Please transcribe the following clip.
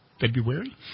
February